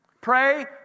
Pray